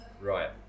right